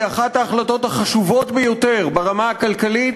היא אחת ההחלטות החשובות ביותר ברמה הכלכלית